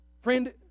Friend